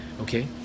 okay